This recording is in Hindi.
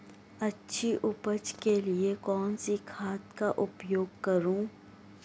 अच्छी उपज के लिए कौनसी खाद का उपयोग करूं?